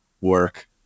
work